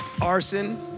Arson